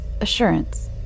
assurance